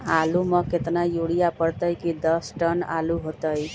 आलु म केतना यूरिया परतई की दस टन आलु होतई?